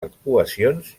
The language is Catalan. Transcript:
arcuacions